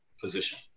position